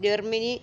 Germany